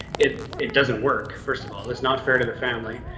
it it doesn't work. first of all, it's not fair to the family.